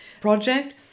project